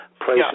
Places